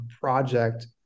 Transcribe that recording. project